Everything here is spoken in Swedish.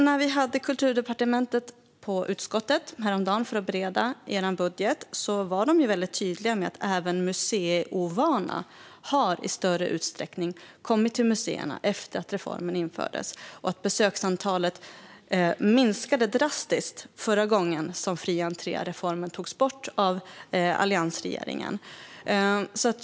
När vi häromdagen hade Kulturdepartementet på utskottet för att bereda er budget var de väldigt tydliga med att även museiovana i större utsträckning har kommit till museerna efter att reformen infördes och att besöksantalet minskade drastiskt förra gången fri-entré-reformen togs bort av alliansregeringen.